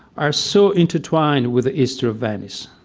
are so intertwined with the history of venice,